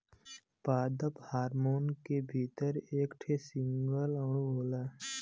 पादप हार्मोन के भीतर एक ठे सिंगल अणु होला